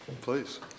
please